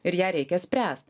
ir ją reikia spręst